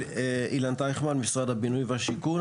משרד הבינוי והשיכון.